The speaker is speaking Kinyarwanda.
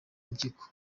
impyiko